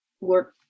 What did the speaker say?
work